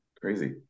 crazy